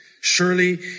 Surely